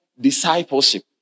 discipleship